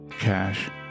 cash